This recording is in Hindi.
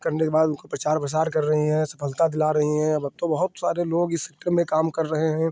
करने के बाद उनको प्रचार प्रसार कर रही हैं सफलता दिला रही हैं अब अब तो बहुत सारे लोग में काम कर रहे हैं